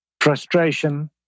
frustration